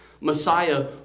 Messiah